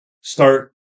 start